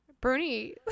Bernie